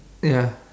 ya